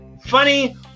funny